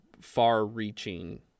far-reaching